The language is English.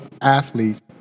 athletes